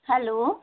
hello